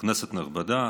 נכבדה,